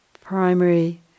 primary